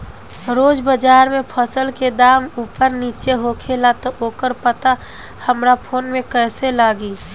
रोज़ बाज़ार मे फसल के दाम ऊपर नीचे होखेला त ओकर पता हमरा फोन मे कैसे लागी?